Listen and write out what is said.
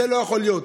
זה לא יכול להיות.